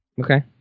Okay